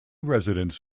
residents